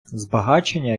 збагачення